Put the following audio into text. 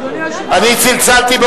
אני צלצלתי.